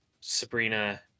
Sabrina